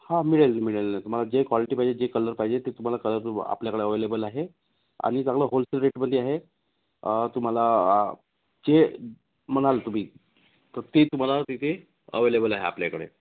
हां मिळेल मिळेल ना तुम्हाला जे कॉलिटी पाहिजे जे कलर पाहिजे ते तुम्हाला कलर आपल्याकडे अवेलेबल आहे आणि चांगलं होलसेल रेटमध्ये आहे तुम्हाला आ जे म्हणाल तुम्ही तर ते तुम्हाला तिथे अव्हेलेबल आहे आपल्याकडे